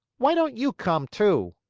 why don't you come, too?